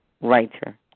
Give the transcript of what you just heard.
writer